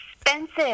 expensive